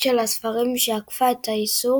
של הספרים שעקפה את האיסור